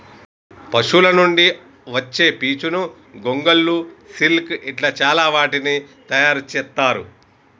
పశువుల నుండి వచ్చే పీచును గొంగళ్ళు సిల్క్ ఇట్లా చాల వాటిని తయారు చెత్తారు